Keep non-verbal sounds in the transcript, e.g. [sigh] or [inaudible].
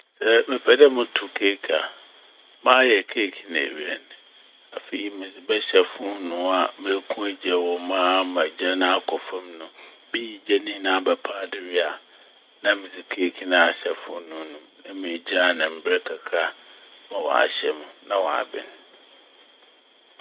[noise] Sɛ mepɛ moto keike a, mayɛ keike ne ewie n' afei medze bɛhyɛ foonoo a mekua gya wɔ m' ama a gya no akɔ famu no. Miyi gya no nyinara pa paado wie a na medze keike na ahyɛ foonoo no mu na megyae n' mber kakra a ma ɔahyɛ m' na ɔaben.